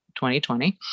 2020